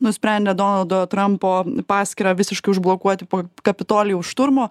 nusprendė donaldo trampo paskyrą visiškai užblokuoti po kapitolijaus šturmo